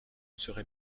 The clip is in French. serai